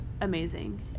amazing